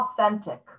authentic